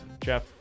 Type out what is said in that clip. Jeff